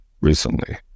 recently